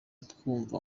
twumva